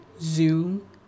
zoom